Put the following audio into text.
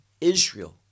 Israel